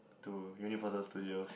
to Universal Studios